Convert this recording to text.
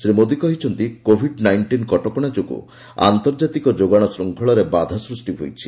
ଶ୍ରୀ ମୋଦୀ କହିଛନ୍ତି covid nineteen କଟକଣା ଯୋଗୁଁ ଆନ୍ତର୍ଜାତିକ ଯୋଗାଣ ଶୃଙ୍ଖଳରେ ବାଧା ସୃଷ୍ଟି ହୋଇଛି